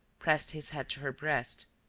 pressed his head to her breast,